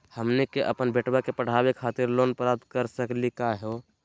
हमनी के अपन बेटवा क पढावे खातिर लोन प्राप्त कर सकली का हो?